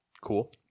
Cool